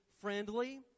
friendly